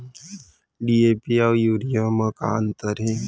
DAP अऊ urea म का अंतर हे?